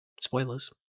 spoilers